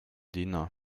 diener